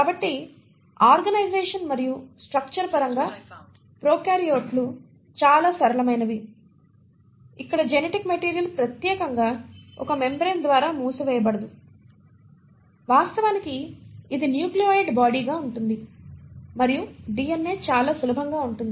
కాబట్టి ఆర్గనైజేషన్ మరియు స్ట్రక్చర్ పరంగా ప్రొకార్యోట్లు చాలా సరళమైనవి ఇక్కడ జెనెటిక్ మెటీరియల్ ప్రత్యేకంగా ఒక మెంబ్రేన్ ద్వారా మూసివేయబడదు వాస్తవానికి ఇది న్యూక్లియోయిడ్ బాడీగా ఉంటుంది మరియు DNA చాలా సులభంగా ఉంటుంది